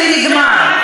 הזמן שלי נגמר,